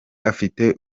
afite